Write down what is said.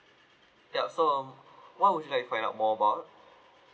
yup so um what would you like to find out more about